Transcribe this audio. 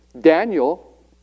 Daniel